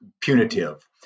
punitive